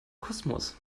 kosmos